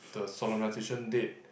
the solemnisation date